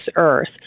earth